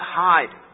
hide